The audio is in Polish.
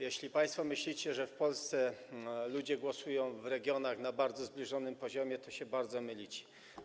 Jeśli państwo myślicie, że w Polsce ludzie głosują w regionach na bardzo zbliżonym poziomie, to się bardzo mylicie.